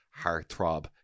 heartthrob